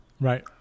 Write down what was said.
Right